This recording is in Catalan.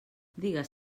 digues